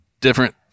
different